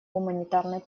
гуманитарной